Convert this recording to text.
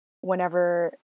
whenever